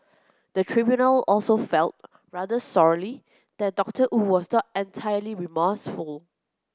the tribunal also felt rather sorely that Doctor Wu was not entirely remorseful